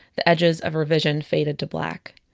the edges of her vision faded to black.